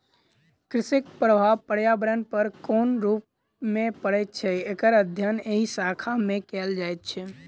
कृषिक प्रभाव पर्यावरण पर कोन रूप मे पड़ैत छै, एकर अध्ययन एहि शाखा मे कयल जाइत छै